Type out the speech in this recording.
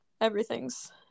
everything's